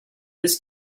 this